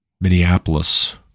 Minneapolis